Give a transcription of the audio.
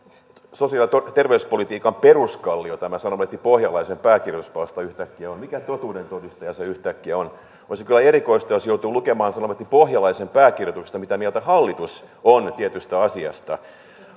sosiaali ja terveyspolitiikan peruskallio tämä sanomalehti pohjalaisen pääkirjoituspalsta yhtäkkiä on mikä totuuden todistaja se yhtäkkiä on on se kyllä erikoista jos joutuu lukemaan sanomalehti pohjalaisen pääkirjoituksesta mitä mieltä hallitus on tietystä asiasta